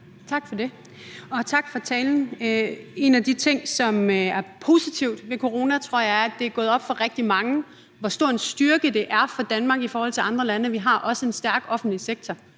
Tak for det, og tak for talen. En af de ting, som er positivt ved corona, tror jeg, er, at det er gået op for rigtig mange, hvor stor en styrke det er for Danmark i forhold til andre lande, at vi også har en stærk offentlig sektor.